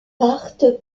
partent